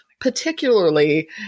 particularly